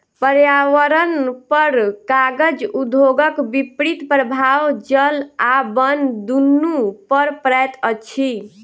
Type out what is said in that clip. पर्यावरणपर कागज उद्योगक विपरीत प्रभाव जल आ बन दुनू पर पड़ैत अछि